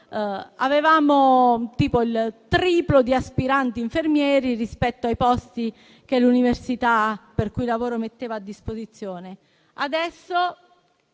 circa il triplo di aspiranti infermieri rispetto ai posti che l'università per cui lavoro metteva a disposizione.